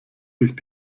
sich